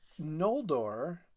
Noldor